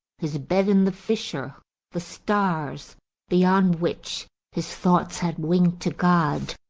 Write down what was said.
his bed in the fissure the stars beyond which his thoughts had winged to god,